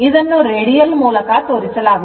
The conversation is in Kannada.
ಇದನ್ನು ರೇಡಿಯಲ್ ಮೂಲಕ ತೋರಿಸಲಾಗುತ್ತದೆ